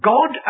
God